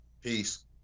Peace